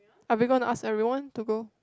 are we gonna ask everyone to go